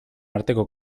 arteko